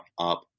up